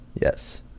Yes